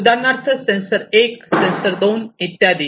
उदाहरणार्थ sensor 1 sensor 2 इत्यादी